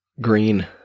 green